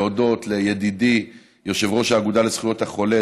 להודות לידידי יושב-ראש האגודה לזכויות החולה,